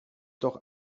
doch